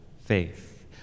faith